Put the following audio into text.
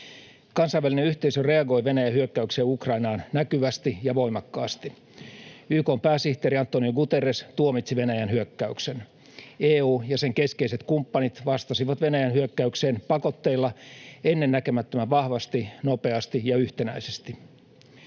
Kansainvälinen yhteisö reagoi Venäjän hyökkäykseen Ukrainaan näkyvästi ja voimakkaasti. YK:n pääsihteeri António Guterres tuomitsi Venäjän hyökkäyksen. EU ja sen keskeiset kumppanit vastasivat Venäjän hyökkäykseen pakotteilla ennen näkemättömän vahvasti, nopeasti ja yhtenäisesti.